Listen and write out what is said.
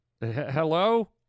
Hello